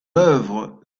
œuvre